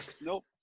Nope